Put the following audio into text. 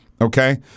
Okay